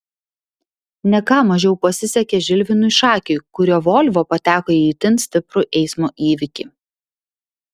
ne ką mažiau pasisekė žilvinui šakiui kurio volvo pateko į itin stiprų eismo įvykį